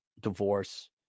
divorce